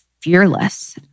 fearless